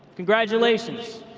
congratulations,